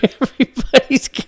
everybody's